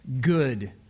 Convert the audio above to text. good